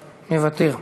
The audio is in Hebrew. מוותר.